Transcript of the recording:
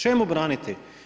Čemu braniti?